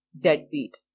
deadbeat